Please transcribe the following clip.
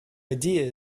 idea